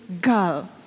girl